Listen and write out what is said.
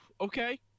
okay